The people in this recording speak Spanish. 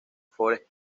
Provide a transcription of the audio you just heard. forest